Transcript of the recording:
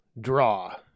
draw